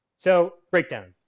so, breakdown.